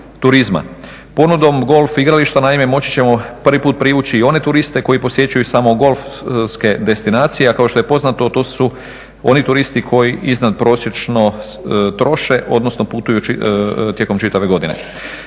Ponudom golf igrališta naime moći ćemo prvi puta privući i one turiste koji posjećuju samo golfske destinacije, a kao što je poznato to su oni turisti koji iznadprosječno troše odnosno putujući tijekom čitave godine.